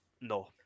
No